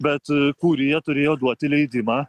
bet kurija turėjo duoti leidimą